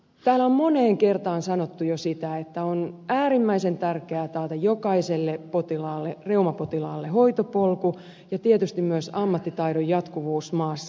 täällä on moneen kertaan sanottu jo sitä että on äärimmäisen tärkeää taata jokaiselle reumapotilaalle hoitopolku ja tietysti myös ammattitaidon jatkuvuus maassa